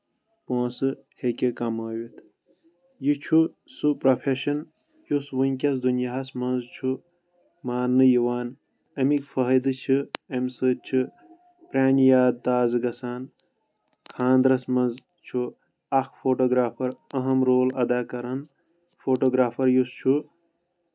پونٛسہٕ ہیٚکہِ کَمٲوِتھ یہِ چھُ سُہ پروفیٚشن یُس ؤنٛکیٚس دُنیاہَس منٛز چھُ ماننہٕ یِوان امِکۍ فٲیدٕ چھِ اَمہِ سۭتۍ چھُ پرانہِ یاد تَزٕ گژھان خانٛدرَس منٛز چھُ اکھ فوٹوگرافر أہم رول اَدا کران فوٹوگرافر یُس چھُ